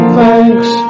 thanks